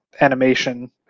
animation